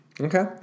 Okay